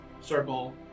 circle